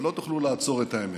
ולא תוכלו לעצור את האמת: